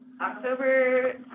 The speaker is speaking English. October